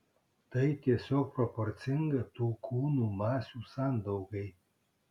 tai tiesiog proporcinga tų kūnų masių sandaugai